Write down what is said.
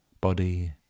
body